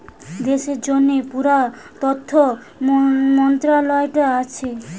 দেশের জন্যে পুরা অর্থ মন্ত্রালয়টা থাকছে